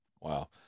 Wow